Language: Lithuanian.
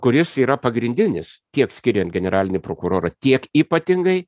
kuris yra pagrindinis tiek skiriant generalinį prokurorą tiek ypatingai